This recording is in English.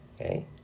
okay